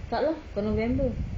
tak lah bukan november